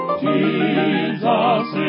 Jesus